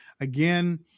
again